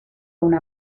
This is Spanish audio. una